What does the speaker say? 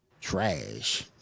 Trash